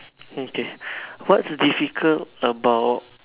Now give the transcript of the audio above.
okay what's difficult about